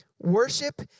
Worship